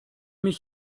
mich